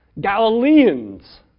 Galileans